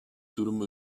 durumu